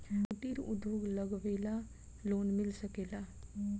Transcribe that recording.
कुटिर उद्योग लगवेला लोन मिल सकेला?